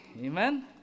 Amen